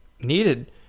needed